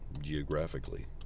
geographically